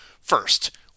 First